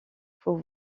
faut